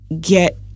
get